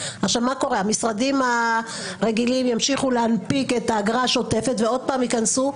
המשרדים הרגילים ימשיכו להנפיק את האגרה השוטפת ועוד פעם ייכנסו,